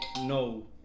no